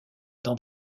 dans